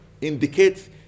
indicates